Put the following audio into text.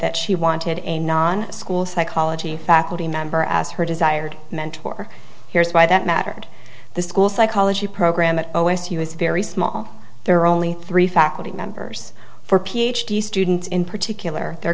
that she wanted a non school psychology faculty member asked her desired mentor here's why that mattered the school psychology program at o s u is very small there are only three faculty members for ph d students in particular they're